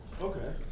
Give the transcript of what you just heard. Okay